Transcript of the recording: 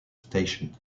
station